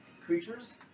creatures